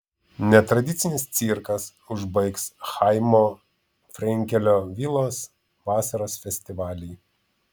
netradicinis cirkas užbaigs chaimo frenkelio vilos vasaros festivalį